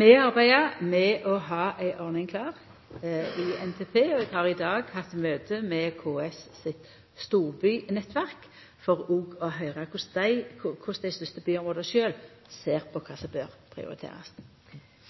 Vi arbeider med å ha ei ordning klar i NTP, og eg har i dag hatt møte med KS sitt storbynettverk for òg å høyra korleis dei største byområda sjølve ser på kva som bør prioriterast.